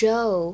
Joe